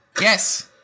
Yes